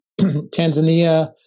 Tanzania